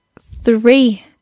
three